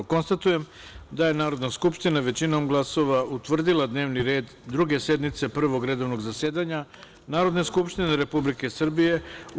Konstatujem da je Narodna skupština većinom glasova utvrdila dnevni red Druge sednice Prvog redovnog zasedanja Narodne skupštine Republike Srbije u 2021. godini, u celini.